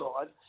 side